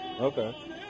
Okay